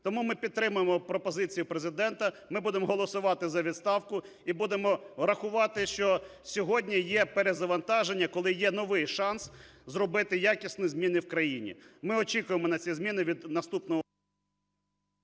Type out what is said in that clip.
Тому ми підтримуємо пропозиції Президента. Ми будемо голосувати за відставку. І будемо рахувати, що сьогодні є перезавантаження, коли є новий шанс зробити якісні зміни в країні. Ми очікуємо на ці зміни від наступного…